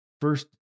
first